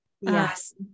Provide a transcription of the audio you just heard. Yes